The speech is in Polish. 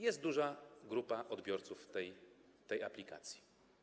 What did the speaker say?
Jest duża grupa odbiorców tych aplikacji.